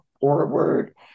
forward